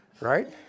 right